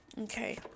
okay